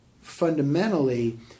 fundamentally